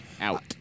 out